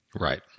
Right